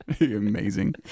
amazing